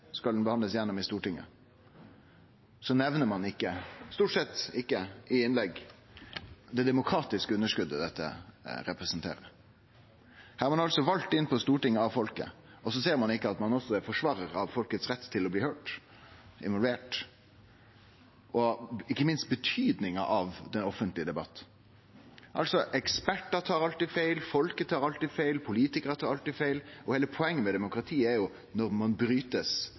skal den bli behandla og gå gjennom i Stortinget, så nemner ein stort sett ikkje i innlegg det demokratiske underskotet dette representerer. Her er ein vald inn på Stortinget av folket, og så ser ein ikkje at ein også er forsvarar av folkets rett til å bli høyrt, involvert og ikkje minst betydninga av den offentlege debatten. Ekspertar tar alltid feil, folket tar alltid feil, og politikarar tar alltid feil. Heile poenget med demokratiet er at når